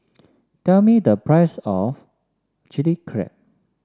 tell me the price of Chilli Crab